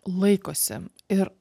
laikosi ir